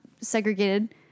segregated